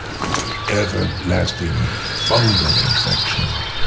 everlasting fungal infection.